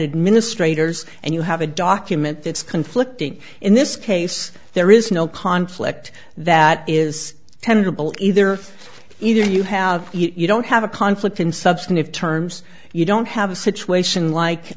administrator and you have a document that's conflicting in this case there is no conflict that is tender bill either either you have it you don't have a conflict in substantive terms you don't have a situation like